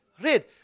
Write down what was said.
read